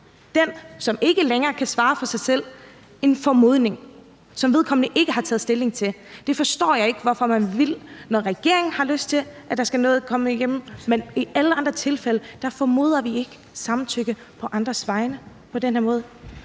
den, som ikke længere kan svare for sig selv, en holdning ud fra en formodning, altså noget, som vedkommende ikke har taget stilling til. Det forstår jeg ikke hvorfor man vil, når regeringen vil have noget igennem. I alle andre tilfælde formoder vi ikke samtykke på andres vegne på den her måde.